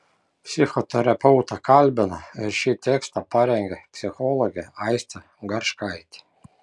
psichoterapeutą kalbino ir šį tekstą parengė psichologė aistė garškaitė